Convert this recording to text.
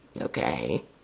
Okay